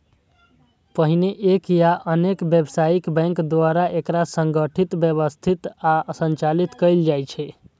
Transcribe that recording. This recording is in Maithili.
पहिने एक या अनेक व्यावसायिक बैंक द्वारा एकरा संगठित, व्यवस्थित आ संचालित कैल जाइ छै